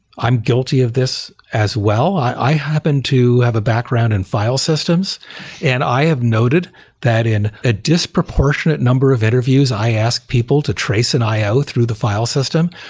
i'm guilty of this as well. i happen to have a background in file systems and i have noted that in a disproportionate number of interviews i asked people to trace an i o through the file system.